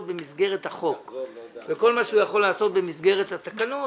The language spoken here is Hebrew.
במסגרת החוק וכל מה שהוא יכול לעשות במסגרת התקנות,